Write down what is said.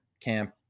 camp